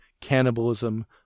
cannibalism